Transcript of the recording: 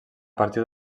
partir